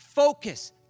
Focus